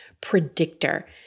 predictor